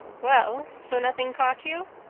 well, so nothing caught you?